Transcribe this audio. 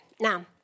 Now